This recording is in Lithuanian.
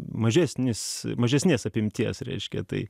mažesnis mažesnės apimties reiškia tai